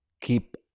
keep